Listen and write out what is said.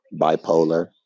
bipolar